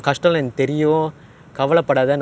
like still after you go the eleven rounds that night ah